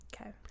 Okay